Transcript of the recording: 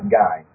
guy